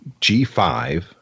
G5